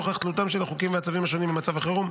נוכח תלותם של החוקים והצווים השונים במצב החירום,